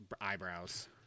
eyebrows